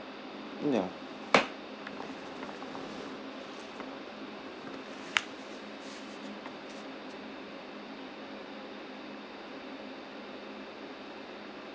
ya